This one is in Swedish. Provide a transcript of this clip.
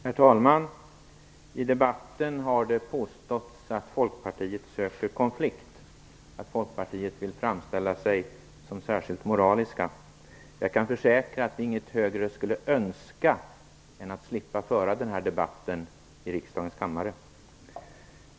Herr talman! I debatten har det påståtts att Folkpartiet söker konflikt och att Folkpartiet vill framställa sig som särskilt moraliskt. Jag kan försäkra att vi inget högre skulle önska än att slippa höra den debatten i riksdagens kammare.